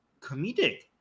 comedic